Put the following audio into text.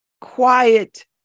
quiet